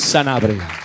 Sanabria